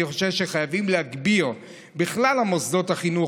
אני חושב שחייבים להגביר בכלל מוסדות החינוך